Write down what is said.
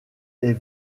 est